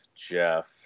jeff